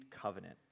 covenant